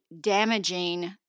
damaging